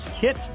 Kit